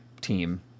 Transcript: team